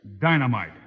dynamite